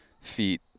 feet